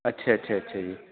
ਅੱਛਾ ਅੱਛਾ ਅੱਛਾ ਜੀ